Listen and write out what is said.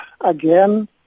again